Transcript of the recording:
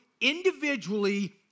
individually